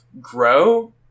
grow